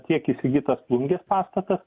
tiek įsigytas plungės pastatas